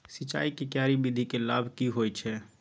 सिंचाई के क्यारी विधी के लाभ की होय छै?